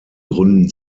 gründen